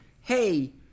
hey